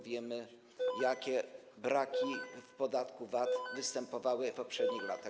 Wiemy, jakie braki w podatku VAT występowały w poprzednich latach.